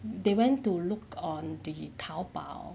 they went to look on the taobao